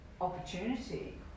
opportunity